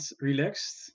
relaxed